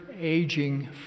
aging